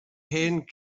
hen